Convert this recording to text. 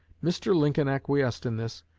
mr. lincoln acquiesced in this,